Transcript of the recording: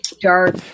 dark